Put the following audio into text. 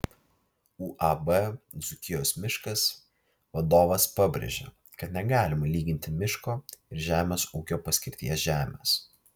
uab dzūkijos miškas vadovas pabrėžė kad negalima lyginti miško ir žemės ūkio paskirties žemės